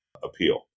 appeal